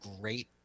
great